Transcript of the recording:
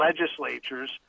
legislatures